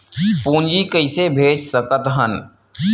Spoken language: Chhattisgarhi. पूंजी कइसे भेज सकत हन?